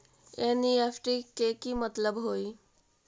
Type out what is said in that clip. NEFT के कि मतलब होइ?